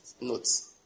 notes